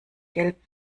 gelb